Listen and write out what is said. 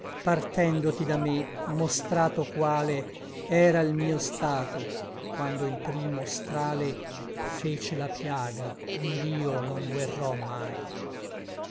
m'ài partendoti da me mostrato quale era l mio stato quando il primo strale fece la piagha ond'io non guerrò mai